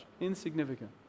Insignificant